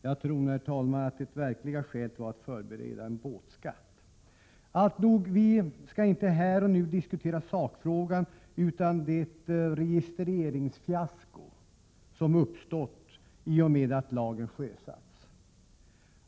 Jag tror, herr talman, att det verkliga skälet var att förbereda en båtskatt. Vi skall inte här och nu diskutera sakfrågan utan det registreringsfiasko som har uppstått i och med att lagen införts.